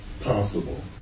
possible